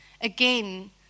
Again